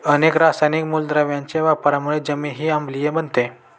अनेक रासायनिक मूलद्रव्यांच्या वापरामुळे जमीनही आम्लीय बनते